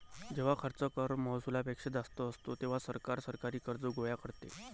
जेव्हा खर्च कर महसुलापेक्षा जास्त असतो, तेव्हा सरकार सरकारी कर्ज गोळा करते